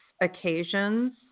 occasions